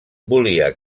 volia